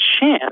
chance